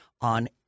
on